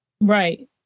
right